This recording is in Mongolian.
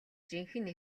жинхэнэ